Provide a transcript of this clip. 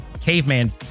caveman